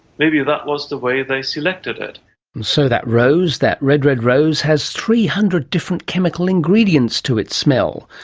maybe that was the way they selected it. and so that rose, that red, red rose has three hundred different chemical ingredients to its smell.